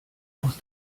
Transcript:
aus